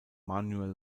manuel